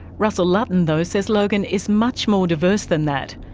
russell lutton though says logan is much more diverse than that.